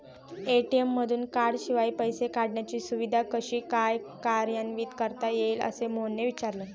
ATM मधून कार्डशिवाय पैसे काढण्याची सुविधा कशी काय कार्यान्वित करता येईल, असे मोहनने विचारले